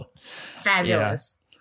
Fabulous